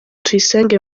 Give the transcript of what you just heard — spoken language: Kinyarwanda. tuyisenge